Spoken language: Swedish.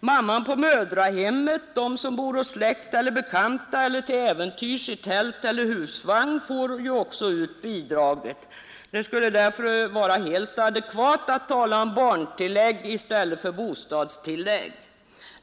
Mamman på mödrahemmet, den som bor hos släkt eller bekanta eller till äventyrs i tält eller husvagn får ju också ut bidraget. Det skulle därför vara helt adekvat att tala om barntillägg i stället för bostadstillägg.